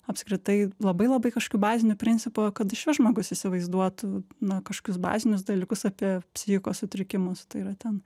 apskritai labai labai kažkokių bazinių principų kad išvis žmogus įsivaizduotų na kažkokius bazinius dalykus apie psichikos sutrikimus tai yra ten